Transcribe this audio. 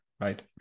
right